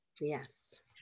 Yes